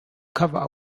cover